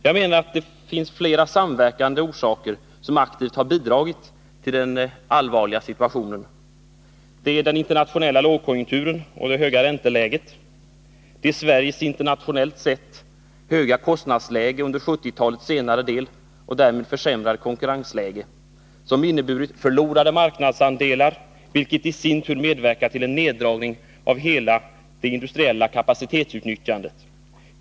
Jag anser att det finns flera samverkande orsaker som aktivt bidragit till den allvarliga situationen. Det är den internationella lågkonjunkturen och det höga ränteläget. Det är Sveriges internationellt sett höga kostnadsläge under 1970-talets senare del och därmed försämrade konkurrensläge, som inneburit förlorade marknadsandelar, vilket i sin tur medverkat till en neddragning av hela det industriella kapacitetsutnyttjandet.